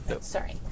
sorry